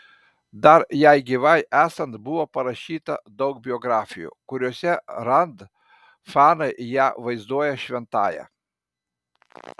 dar jai gyvai esant buvo parašyta daug biografijų kuriose rand fanai ją vaizduoja šventąja